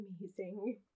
amazing